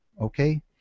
okay